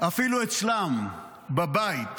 אפילו אצלם בבית